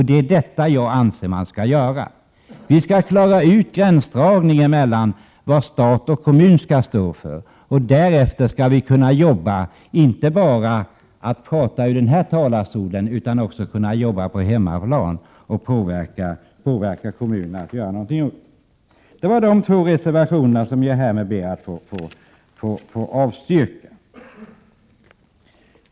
Det är detta jag anser att man skall göra. Vi skall klara ut gränsdragningen mellan stat och kommun och därefter skall vi kunna arbeta, inte bara genom att tala från denna talarstol utan också på hemmaplan, och påverka kommunerna att göra någonting bra. Jag ber att få avstyrka förslagen i dessa två reservationer.